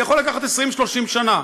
זה יכול לקחת 20 30 שנה.